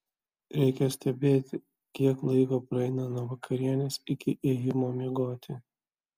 reikia stebėti kiek laiko praeina nuo vakarienės iki ėjimo miegoti